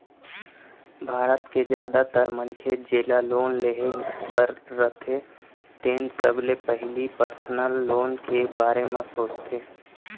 भारत के जादातर मनखे जेला लोन लेहे बर रथे तेन सबले पहिली पर्सनल लोन के बारे म सोचथे